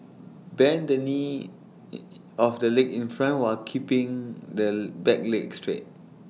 bend the knee of the leg in front while keeping the back leg straight